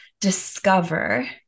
discover